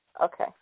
okay